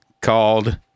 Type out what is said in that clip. called